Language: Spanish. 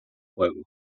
juegos